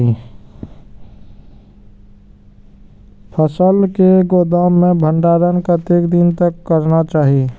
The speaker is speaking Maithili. फसल के गोदाम में भंडारण कतेक दिन तक करना चाही?